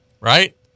right